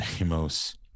Amos